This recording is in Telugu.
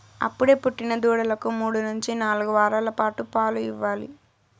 అప్పుడే పుట్టిన దూడలకు మూడు నుంచి నాలుగు వారాల పాటు పాలు ఇవ్వాలి